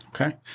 Okay